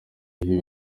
bihe